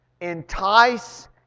entice